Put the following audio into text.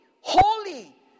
holy